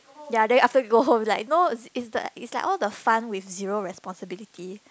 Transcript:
ya then after you go home like no it's it's like it's like all the fun with zero responsibility